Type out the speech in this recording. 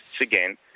again